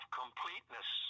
completeness